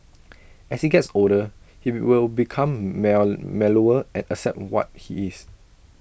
as he gets older he will become mellower and accept what he is